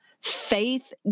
faith